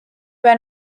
were